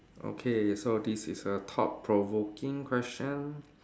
okay so this is a thought provoking question